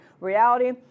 Reality